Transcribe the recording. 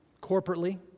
Corporately